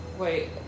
Wait